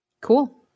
Cool